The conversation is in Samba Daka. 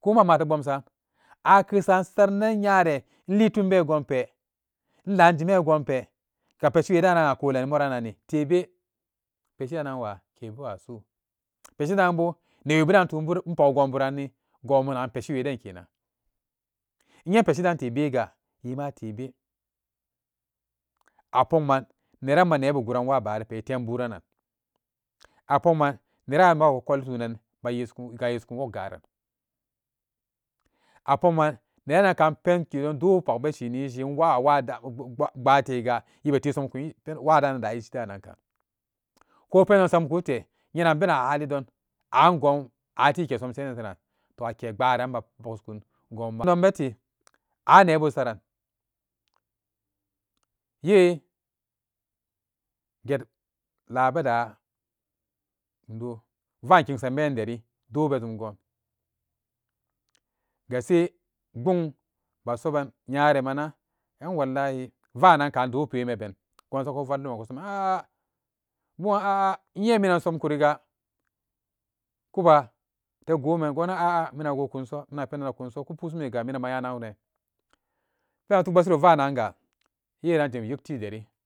ko ma'ama ate bomsan akesan saranan nyare inli tumbe gonpe inlaa injime gonpe ga peshi we danan a kolan ni moranni tebe peshi yannanwa ke bewe su'u peshi danbo newe budan intunbu in pogi goburanni gonbu nagan peshi weden kenan inye peshi dan tebegan wiimaa tebe a pokman neeran ma neebu guran waa baara pe etem bura nan apokman neeran amama kolitunan ba yeshikun gayeshikun wok gaaran apokman neerananka pendon ke dondo pakman beshini ishi inwa awa da baa tega wiibe te somikun waandanada ishidananka ko pendon samku tee yenan bena hali don angon atiike som senin soran to akepbaaran ma pendon bete an nebu esaran yee get laa bedaa doo vaan kingsanben den do bejum gon ga see pbung ba soban nyare mana an wallahi vananka doo peemaben gon soga ku vallum ku somun an ah pbung an ah ah inye minan somikuriga kubate goman gonan ah ah minan a gokunso minan a pendon nakkunso ku pusummi ga mina aya naunene ba ku tubeshiro vaanan ga yeeran jim yek tii den.